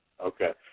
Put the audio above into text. Okay